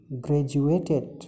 graduated